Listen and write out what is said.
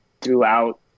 throughout